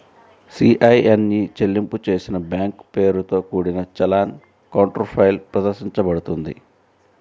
CIN e చెల్లింపు చేసిన bank పేరుతో కూడిన చలాన్ కౌంటర్ఫాయిల్ ప్రదర్శించబడుతుంది